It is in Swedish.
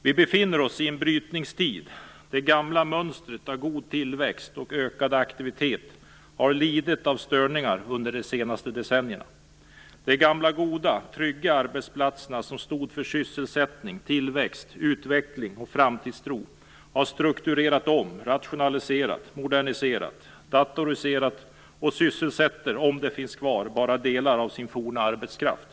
Vi befinner oss i en brytningstid. Det gamla mönstret av god tillväxt och ökad aktivitet har lidit av störningar under de senaste decennierna. De gamla goda trygga arbetsplatserna som stod för sysselsättning, tillväxt, utveckling och framtidstro har strukturerat om, rationaliserat, moderniserat, datoriserat och sysselsätter - om de finns kvar - bara delar av sin forna arbetskraft.